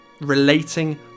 Relating